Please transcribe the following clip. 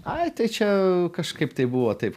ai tai čia kažkaip tai buvo taip